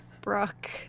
Brooke